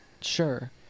Sure